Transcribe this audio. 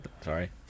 sorry